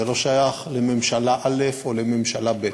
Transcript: זה לא שייך לממשלה א' או לממשלה ב',